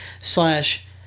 slash